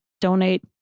donate